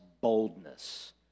boldness